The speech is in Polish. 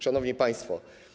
Szanowni Państwo!